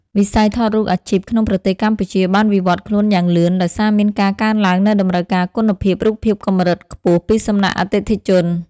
វិស័យថតរូបអាជីពក្នុងប្រទេសកម្ពុជាបានវិវត្តន៍ខ្លួនយ៉ាងលឿន ដោយសារមានការកើនឡើងនូវតម្រូវការគុណភាពរូបភាពកម្រិតខ្ពស់ពីសំណាក់អតិថិជន។